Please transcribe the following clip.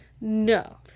No